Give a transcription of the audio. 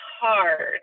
hard